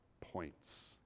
points